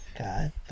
God